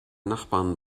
nachbarn